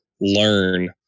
learn